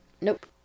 Nope